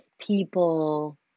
people